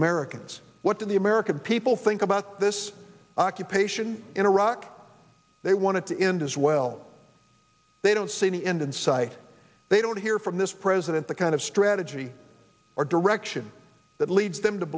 americans what the american people think about this occupation in iraq they want to end as well they don't see any end in sight they don't hear from this president the kind of strategy or direction that leads them to